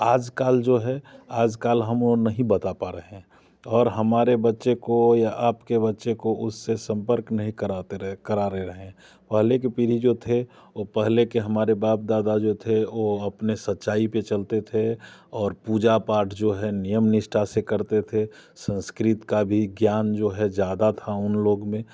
आज कल जो है आज कल हम वो नहीं बता पा रहे हैं और हमारे बच्चे को या आपके बच्चे को उससे संपर्क नहीं कराते रहे कराते रहे हैं पहले के पीढ़ी जो थे वो पहले के हमारे बाप दादा जो थे वो अपने सच्चाई पे चलते थे और पूजा पाठ जो है नियम निष्ठा से करते थे संस्कृत का भी ज्ञान जो है ज़्यादा था उन लोग में